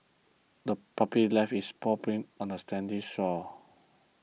the puppy left its paw prints on the sandy shore